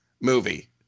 movie